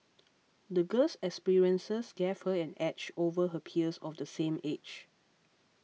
the girl's experiences gave her an edge over her peers of the same age